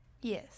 Yes